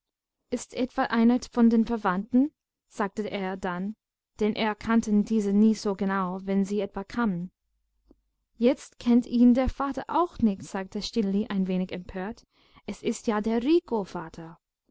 ist's etwa einer von den verwandten sagte er dann denn er kannte diese nie so genau wenn sie etwa kamen jetzt kennt ihn der vater auch nicht sagte stineli ein wenig empört es ist ja der